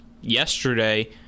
yesterday